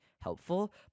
helpful